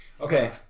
okay